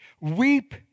Weep